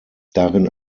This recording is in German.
darin